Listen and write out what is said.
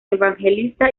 evangelista